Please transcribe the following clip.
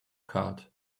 cart